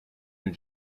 and